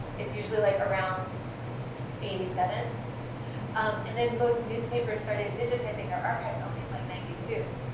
it's usually, like, around eighty seven and then most newspapers started digitizing their archives only in like ninety two,